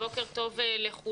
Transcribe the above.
בוקר טוב לכולם.